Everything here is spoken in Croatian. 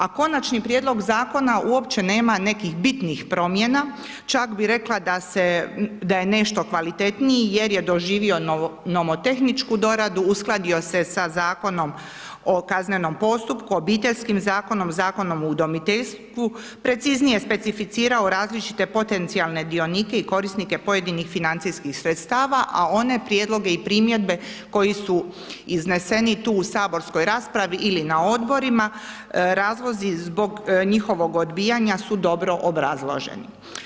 A konačni prijedlog zakona uopće nema nekih bitnih promjena, čak bih rekla da je nešto kvalitetniji jer je doživio nomotehničku doradu, uskladio se sa Zakonom o kaznenom postupku, Obiteljskim zakonom, Zakonom o udomiteljstvu preciznije specificirao različite potencijalne dionike i korisnike pojedinih financijskih sredstava a one prijedloge i primjedbe koji su izneseni tu u saborskoj raspravi ili na odborima, razlozi zbog njihovog odbijanja su dobro obrazloženi.